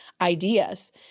ideas